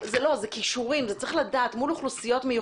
בכלל כל הנושא של פגיע בציבור המוחלש